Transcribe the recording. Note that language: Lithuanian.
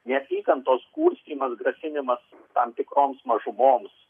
neapykantos kurstymas grasinimas tam tikroms mažumoms